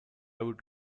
would